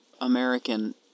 American